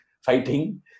fighting